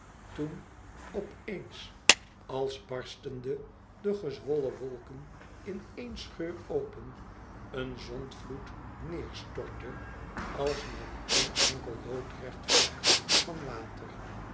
toen op eens als barsteden de gezwollen wolken in éen scheur open een zondvloed neêrstortte als met éen enkel loodrecht vlak van water